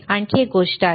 आणखी एक गोष्ट आहे